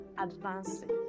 advancing